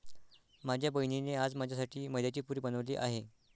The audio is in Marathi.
माझ्या बहिणीने आज माझ्यासाठी मैद्याची पुरी बनवली आहे